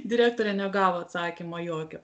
direktorė negavo atsakymo jokio